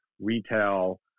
retail